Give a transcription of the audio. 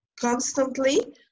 constantly